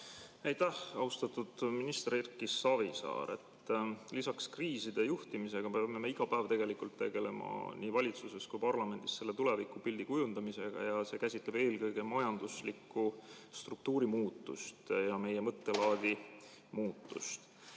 Aitäh! Austatud minister Erki Savisaar! Lisaks kriiside juhtimisele peame me iga päev tegelikult tegelema nii valitsuses kui parlamendis tulevikupildi kujundamisega ja see käsitleb eelkõige majanduslikku struktuurimuutust ja meie mõttelaadi muutust.